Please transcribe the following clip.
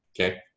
okay